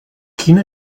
quina